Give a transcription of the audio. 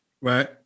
Right